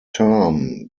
term